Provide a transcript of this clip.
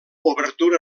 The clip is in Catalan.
obertura